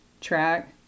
track